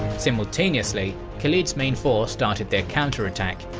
simultaneously, khalid's main force started their counter-attack,